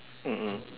mm mm